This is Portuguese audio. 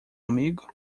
amigo